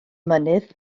mynydd